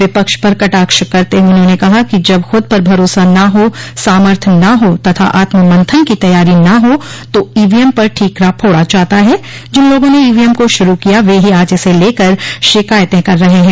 विपक्ष पर कटाक्ष करते हुए उन्होंने कहा कि जब खुद पर भरोसा न हो सामर्थ न हो तथा आत्म मंथन की तैयारी न हो तो ईवीएम पर ठीकरा फोड़ा जाता है जिन लोगों ने ईवीएम को शुरू किया वे ही आज इसे लेकर शिकायतें कर रहे हैं